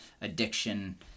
addiction